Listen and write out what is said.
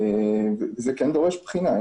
וזה דורש בחינה.